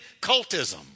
cultism